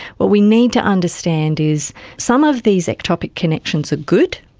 what we need to understand is some of these ectopic connections are good,